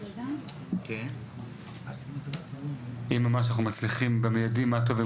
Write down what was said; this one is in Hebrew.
אם ממש אנחנו מצליחים במיידי מה טוב,